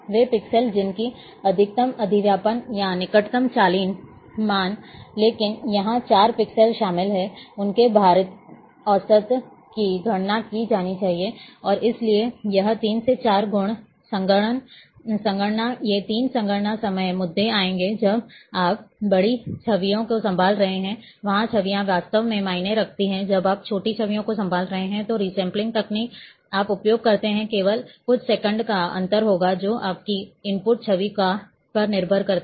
वे pixel जिनकी अधिकतम अधिव्यापन या निकटतम चालित मान है लेकिन यहां 4 पिक्सेल शामिल हैं उनके भारित औसत की गणना की जानी है और इसलिए यह 3 से 4 गुना संगणना लेगा ये तीन संगणना समय मुद्दे आएंगे जब आप बड़ी छवियां संभाल रहे हैं वहां छवियां वास्तव में मायने रखती हैं जब आप छोटी छवियों को संभाल रहे हैं तो किसी भी रिसेंपलिंग तकनीक आप उपयोग करते हैं केवल कुछ सेकंड का अंतर होगा जो आपकी इनपुट छवि पर निर्भर करता है